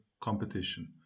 competition